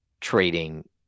trading